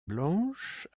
blanche